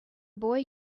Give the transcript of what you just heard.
boy